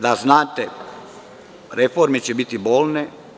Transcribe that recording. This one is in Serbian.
Da znate, reforme će biti bolne.